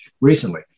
recently